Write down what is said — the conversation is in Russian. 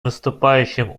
выступающим